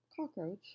cockroach